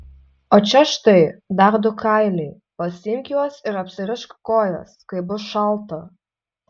o čia štai dar du kailiai pasiimk juos ir apsirišk kojas kai bus šalta